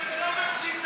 הם לא בבסיס התקציב.